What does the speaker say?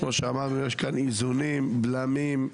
כמו שאמרנו, יש כאן איזונים, בלמים.